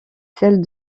celle